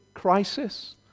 Crisis